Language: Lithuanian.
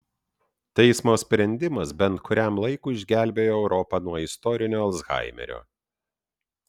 teismo sprendimas bent kuriam laikui išgelbėjo europą nuo istorinio alzhaimerio